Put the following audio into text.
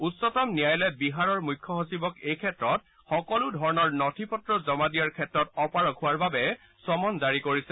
উচ্চতম ন্যায়ালয়ে বিহাৰৰ মুখ্য সচিবক এই ক্ষেত্ৰত সকলো ধৰণৰ নথি পত্ৰ জমা দিয়াৰ ক্ষেত্ৰত অপাৰগ হোৱাৰ বাবে চামন জাৰি কৰিছে